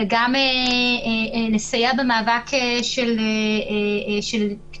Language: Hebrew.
אלא גם לסייע במאבק של קטינים,